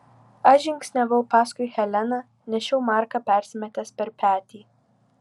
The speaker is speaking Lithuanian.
aš žingsniavau paskui heleną nešiau marką persimetęs per petį